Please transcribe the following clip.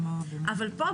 אבל פה,